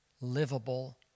livable